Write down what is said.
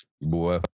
Boy